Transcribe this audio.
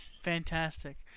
Fantastic